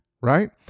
right